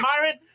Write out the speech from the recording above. Myron